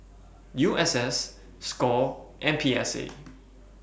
U S S SCORE and P S A